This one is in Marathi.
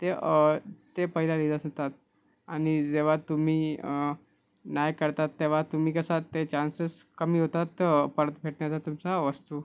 ते ते पहिल्या आणि जेव्हा तुम्ही नाही करतात तेव्हा तुम्ही कसा ते चान्सेस कमी होतात परत भेटण्याचा तुमचा वस्तू